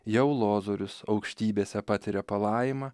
jau lozorius aukštybėse patiria palaimą